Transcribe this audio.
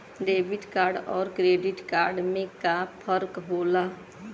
Debit card अउर credit card में का फर्क होला?